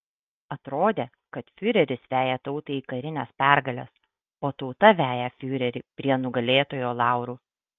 atrodė kad fiureris veja tautą į karines pergales o tauta veja fiurerį prie nugalėtojo laurų